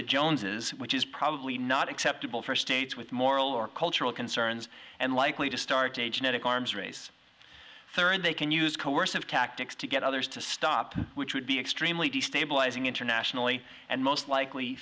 the joneses which is probably not acceptable for states with moral or cultural concerns and likely to start a genetic arms race sir and they can use coercive tactics to get others to stop which would be extremely destabilizing internationally and most likely